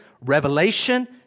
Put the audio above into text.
Revelation